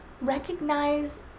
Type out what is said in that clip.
recognize